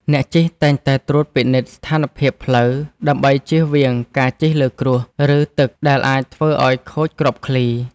អ្នកជិះតែងតែត្រួតពិនិត្យស្ថានភាពផ្លូវ ដើម្បីជៀសវាងការជិះលើគ្រួស ឬទឹកដែលអាចធ្វើឱ្យខូចគ្រាប់ឃ្លី។